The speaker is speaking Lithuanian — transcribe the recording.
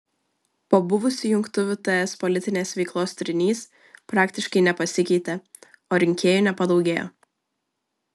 po buvusių jungtuvių ts politinės veiklos turinys praktiškai nepasikeitė o rinkėjų nepadaugėjo